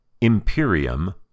Imperium